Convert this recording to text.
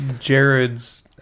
Jared's